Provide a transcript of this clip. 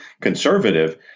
conservative